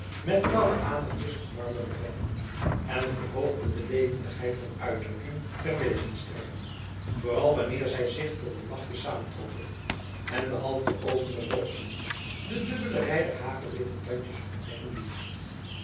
met blauwe adertjes gemarmerde vel en verhoogde de levendigheid van uitdrukking der wezenstrekken vooral wanneer zij zich tot een lachje saamtrokken en de half geopende rozemond de dubbele rij der hagelwitte tandjes ontdekken liet